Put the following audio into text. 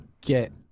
get